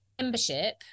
membership